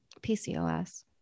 PCOS